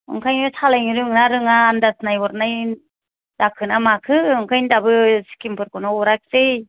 ओंखायनो सालायनो रोंगोनना रोङा आनदाज नायहरनाय जाखो ना माखो ओंखायनो दाबो स्किमफोरखौनो हराखिसै